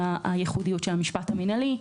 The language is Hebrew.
גם הייחודיות של המשפט המינהלי,